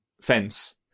fence